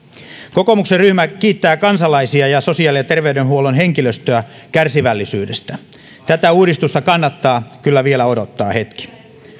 kokoomuksen ryhmä kiittää kansalaisia ja sosiaali ja terveydenhuollon henkilöstöä kärsivällisyydestä tätä uudistusta kannattaa kyllä vielä odottaa hetki